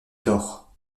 tort